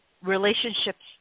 relationships